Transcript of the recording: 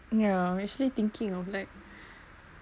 yeah actually thinking of like